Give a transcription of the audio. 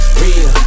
real